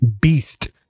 beast